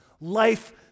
Life